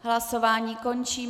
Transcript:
Hlasování končím.